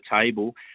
table